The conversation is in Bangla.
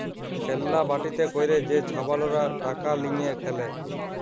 খেল্লা বাটিতে ক্যইরে যে ছাবালরা টাকা লিঁয়ে খেলে